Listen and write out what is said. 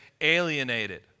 alienated